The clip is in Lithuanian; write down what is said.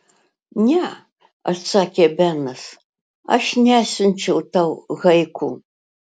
ne atsakė benas aš nesiunčiau tau haiku